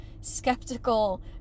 skeptical